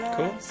Cool